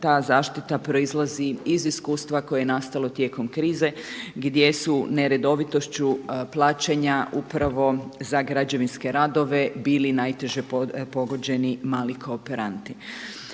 ta zaštita proizlazi iz iskustva koje je nastalo tijekom krize gdje su neredovitošću plaćanja upravo za građevinske radove bili najteže pogođeni mali kooperanti.